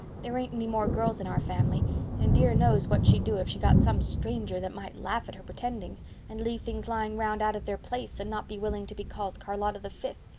there ain't any more girls in our family and dear knows what she'd do if she got some stranger that might laugh at her pretendings and leave things lying round out of their place and not be willing to be called charlotta the fifth.